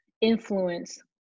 influence